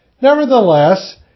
Nevertheless